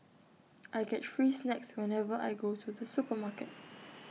I get free snacks whenever I go to the supermarket